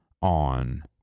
on